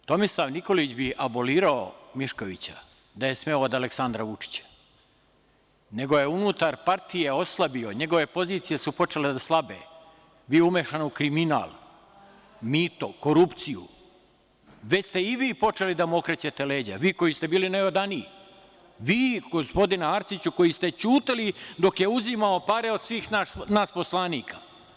Tomislav Nikolić bi abolirao Miškovića, da je smeo od Aleksandra Vučića, nego je unutar partije oslabio, njegove pozicije su počele da slabe, bio je umešan u kriminal, mito, korupciju, već ste i vi počeli da mu okrećete leđa, vi koji ste bili najodaniji, vi, gospodine Arsiću, koji ste ćutali dok je uzimao pare od svih nas poslanika.